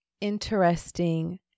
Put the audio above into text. interesting